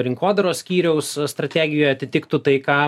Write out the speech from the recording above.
rinkodaros skyriaus strategijoje atitiktų tai ką